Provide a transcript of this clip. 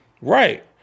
Right